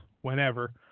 whenever